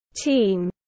team